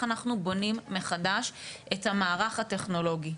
אנחנו בונים מחדש את המערך הטכנולוגי.